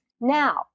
Now